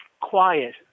quiet